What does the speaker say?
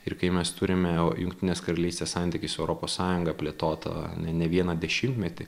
ir kai mes turime jungtinės karalystės santykius su europos sąjunga plėtota ne vieną dešimtmetį